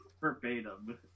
verbatim